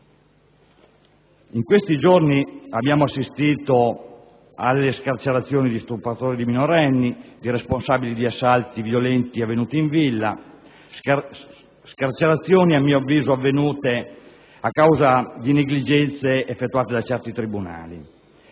In questi giorni abbiamo assistito alle scarcerazioni di stupratori di minorenni, di responsabili di assalti violenti avvenuti in villa, scarcerazioni a mio avviso avvenute a causa di negligenze di certi tribunali.